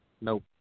Nope